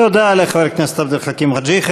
תודה לחבר הכנסת עבד אל חכים חאג' יחיא.